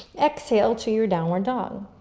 exhale to your downward dog.